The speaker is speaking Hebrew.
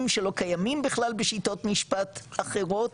שלא קיימים בכלל בשיטות משפט אחרות,